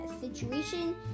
situation